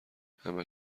همه